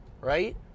right